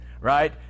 right